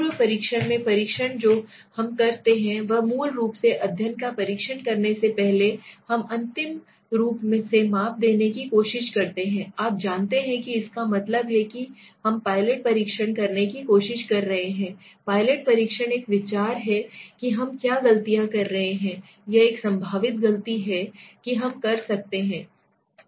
पूर्व परीक्षण में परीक्षण जो हम करते हैं वह मूल रूप से अध्ययन का परीक्षण करने से पहले हम अंतिम रूप से माप देने की कोशिश करते हैं आप जानते हैं कि इसका मतलब है कि हम पायलट परीक्षण करने की कोशिश कर रहे हैं पायलट परीक्षण एक विचार है कि हम क्या गलतियाँ कर रहे हैं या एक संभावित गलती है कि हम कर सकते हैं